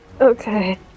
Okay